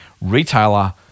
retailer